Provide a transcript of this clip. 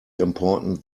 important